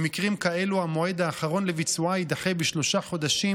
במקרים כאלה המועד האחרון לביצוע יידחה בשלושה חודשים